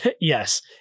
Yes